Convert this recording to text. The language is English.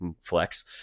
flex